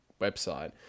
website